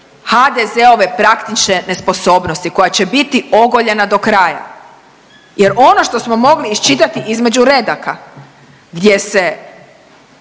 HDZ-ove praktične nesposobnosti koja će biti ogoljena do kraja jer ono što smo mogli iščitati između redaka, gdje se